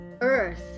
earth